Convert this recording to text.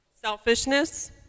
Selfishness